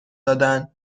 دادن